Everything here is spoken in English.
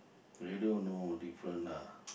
radio no different lah